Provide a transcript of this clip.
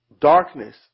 Darkness